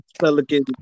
Pelican